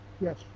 Yes